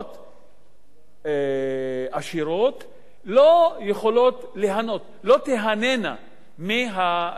העשירות לא תיהנינה מהחוק הזה,